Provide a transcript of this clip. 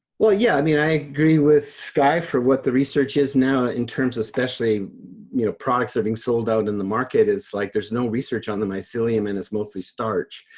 well, yeah, i mean, i agree with skye for what the research is now in terms of especially you know products are being sold out in the market is like, there's no research on the mycelium and it's mostly starch.